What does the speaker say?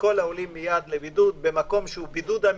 כל העולים מיד לבידוד במקום שהוא בידוד אמיתי,